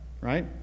right